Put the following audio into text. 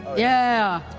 yeah,